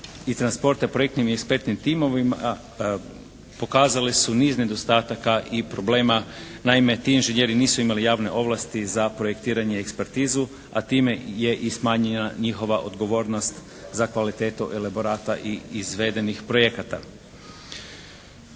transporta u projektnim i inspektnim timovima pokazale su niz nedostataka i problema. Naime, ti inženjeri nisu imali javne ovlasti za projektiranje i ekspertizu a time je i smanjena njihova odgovornost za kvalitetu elaborata i izvedenih projekata.